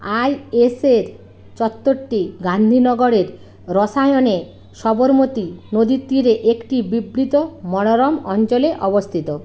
আইএসের চত্বরটি গান্ধীনগরের রসায়নে সবরমতী নদীর তীরে একটি বিবৃত মনোরম অঞ্চলে অবস্থিত